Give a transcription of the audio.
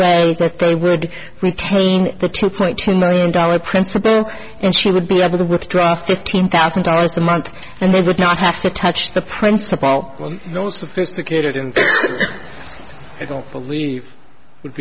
way that they would retain the two point two million dollars principal and she would be able to withdraw fifteen thousand dollars a month and they would not have to touch the principal no sophisticated and i don't believe would